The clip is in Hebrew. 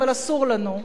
אבל אסור לנו,